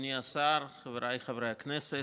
אדוני השר, חבריי חברי הכנסת,